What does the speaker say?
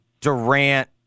Durant